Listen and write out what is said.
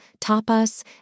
tapas